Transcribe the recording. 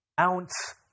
ounce